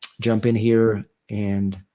jump in here and